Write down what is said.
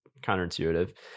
counterintuitive